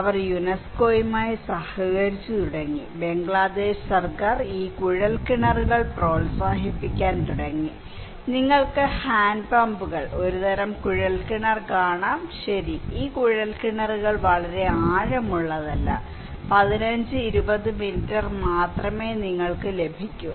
അവർ യുനെസ്കോയുമായി സഹകരിച്ച് തുടങ്ങി ബംഗ്ലാദേശ് സർക്കാർ ഈ കുഴൽക്കിണറുകൾ പ്രോത്സാഹിപ്പിക്കാൻ തുടങ്ങി നിങ്ങൾക്ക് ഹാൻഡ് പമ്പുകൾ ഒരുതരം കുഴൽക്കിണർ കാണാം ശരി ഈ കുഴൽക്കിണറുകൾ വളരെ ആഴമുള്ളതല്ല 15 20 മീറ്റർ മാത്രമേ നിങ്ങൾക്ക് ലഭിക്കൂ